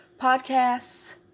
podcasts